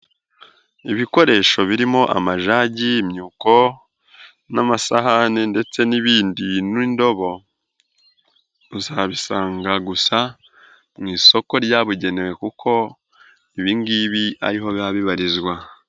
Ibikoresho birimo amajagi, imyuko n'amasahani ndetse n'ibindi n'indobo, uzabisanga gusa mu isoko ryabugenewe kuko ibingibi ariho biba bibarizwa.